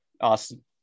Awesome